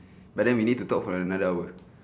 but then we need to talk for another hour